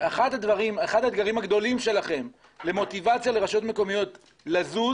אחד האתגרים הגדולים שלכם למוטיבציה לרשויות מקומיות לזוז